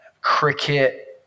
cricket